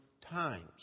times